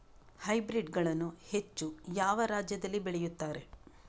Hybrid ಗಳನ್ನು ಹೆಚ್ಚು ಯಾವ ರಾಜ್ಯದಲ್ಲಿ ಬೆಳೆಯುತ್ತಾರೆ?